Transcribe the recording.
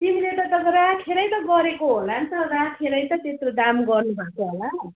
तिमीले त अन्त राखेरै त गरेको होला नि त राखेरै त त्यत्रो दाम गर्नु भएको होला